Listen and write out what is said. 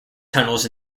tunnels